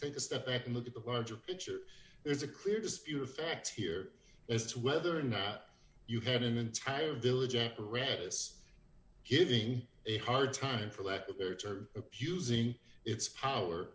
take a step back and look at the larger picture there's a clear dispute affects here as to whether or not you had an entire village and paradis giving a hard time for lack of character pusing it's power